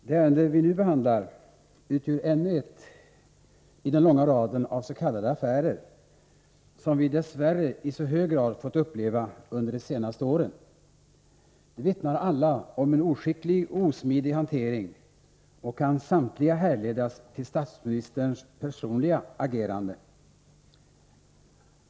Herr talman! Det ärende vi nu behandlar utgör ännu ett i den långa raden av s.k. affärer som vi dess värre i så hög grad har fått uppleva under de senaste åren. De vittnar alla om en oskicklig och osmidig hantering och kan samtliga härledas till statsministerns personliga agerande.